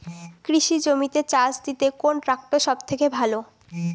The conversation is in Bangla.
কৃষি জমিতে চাষ দিতে কোন ট্রাক্টর সবথেকে ভালো?